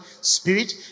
spirit